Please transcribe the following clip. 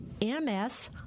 MS